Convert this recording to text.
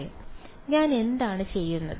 L ഞാൻ എന്താണ് ചെയ്യുന്നത്